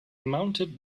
mounted